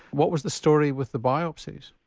what was the story with the biopsies?